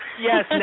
Yes